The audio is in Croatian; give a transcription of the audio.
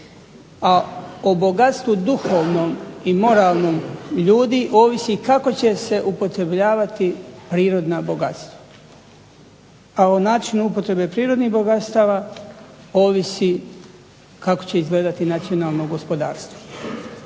A o bogatstvu duhovnom i moralnom ljudi ovisi kako će se upotrebljavati prirodna bogatstva, a o načinu upotrebe prirodnih bogatstava ovisi kako će izgledati nacionalno gospodarstvo.